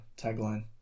tagline